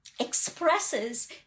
Expresses